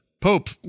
Pope